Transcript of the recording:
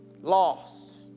lost